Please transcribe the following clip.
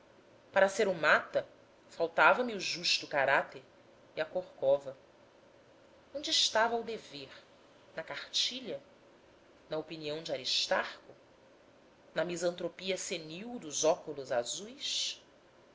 para ser o mata faltava-me o justo caráter e a corcova onde estava o dever na cartilha na opinião de aristarco na misantropia senil dos óculos azuis